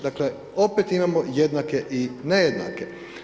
Dakle, opet imamo jednake i nejednake.